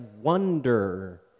wonder